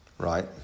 Right